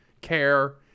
care